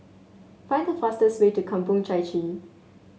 find the fastest way to Kampong Chai Chee